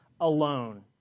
alone